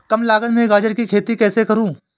कम लागत में गाजर की खेती कैसे करूँ?